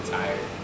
tired